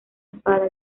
espada